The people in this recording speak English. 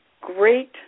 Great